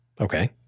Okay